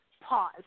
pause